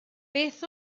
beth